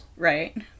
right